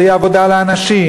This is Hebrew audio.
זה יהיה עבודה לאנשים,